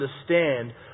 understand